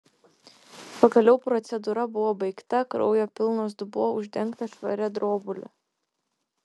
pagaliau procedūra buvo baigta kraujo pilnas dubuo uždengtas švaria drobule